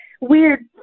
weird